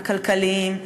הכלכליים,